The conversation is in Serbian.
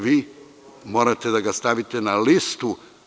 Vi morate da ga stavite na listu.